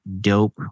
dope